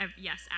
yes